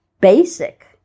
basic